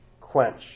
quench